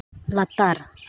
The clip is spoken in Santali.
ᱞᱟᱛᱟᱨ